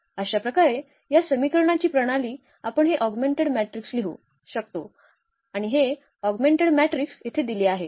अशा प्रकारे या समीकरणाची प्रणाली आपण हे ऑगमेंटेड मॅट्रिक्स लिहू शकतो आणि हे ऑगमेंटेड मॅट्रिक्स येथे दिले आहे